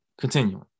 Continuing